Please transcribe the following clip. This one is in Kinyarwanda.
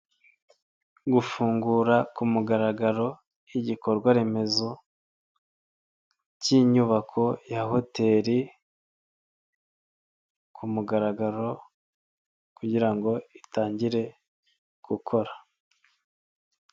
Gufungura ku mugaragaro igikorwa remezo k'inyubako ya hoteri, ku mugaragaro kugirango itangire gukora.